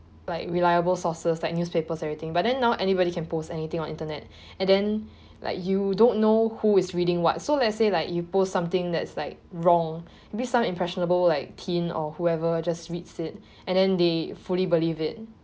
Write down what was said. like reliable sources like newspapers everything but then now anybody can post anything on internet and then like you don't know who is reading what so let say like you post something that is like wrong maybe some impressionable like teen or whoever just reads it and then they fully believe it